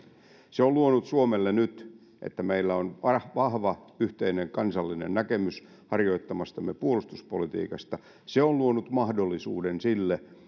se on luonut suomelle nyt sen että meillä on vahva yhteinen kansallinen näkemys harjoittamastamme puolustuspolitiikasta se on luonut mahdollisuuden sille